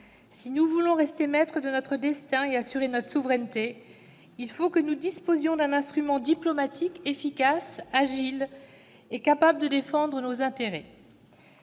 Si nous voulons rester maîtres de notre destin et assurer notre souveraineté, il faut que nous disposions d'un instrument diplomatique efficace, agile et capable de défendre nos intérêts